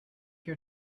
your